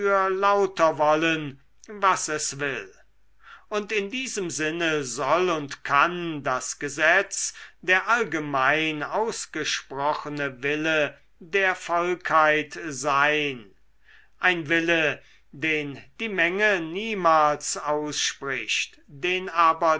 lauter wollen was es will und in diesem sinne soll und kann das gesetz der allgemein ausgesprochene wille der volkheit sein ein wille den die menge niemals ausspricht den